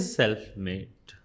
self-made